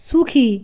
সুখী